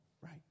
right